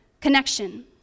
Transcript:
connection